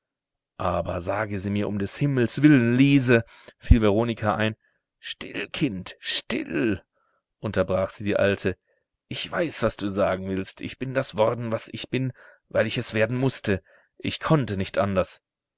aber sage sie mir um des himmels willen liese fiel veronika ein still kind still unterbrach sie die alte ich weiß was du sagen willst ich bin das worden was ich bin weil ich es werden mußte ich konnte nicht anders